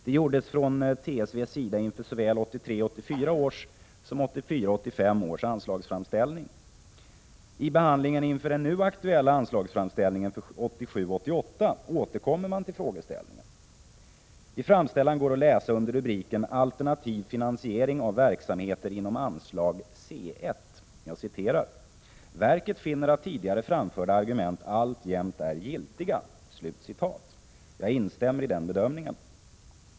Det gjordes från TSV:s sida inför såväl 1983 85 års anslagsframställning. I behandlingen inför den nu aktuella anslagsframställningen, för 1987/88, återkommer man till frågeställningen. I TSV:s framställan går att läsa, under rubriken Alternativ finansiering av verksamheter inom anslag C 1.: ”Verket finner att tidigare framförda argument alltjämt är giltiga.” Jag instämmer i den bedömningen.